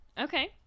Okay